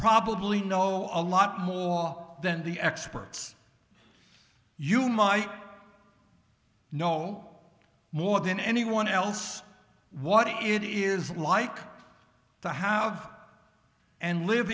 probably know a lot more than the experts you might know more than anyone else what it is like to have and live